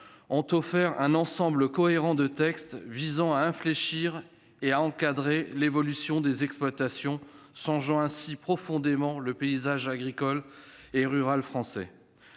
ont offert un ensemble cohérent de textes visant à infléchir et à encadrer l'évolution des exploitations, changeant ainsi profondément le paysage agricole et rural français.